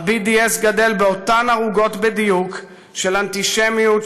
ה-BDS גדל באותן ערוגות בדיוק של אנטישמיות,